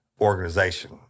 organization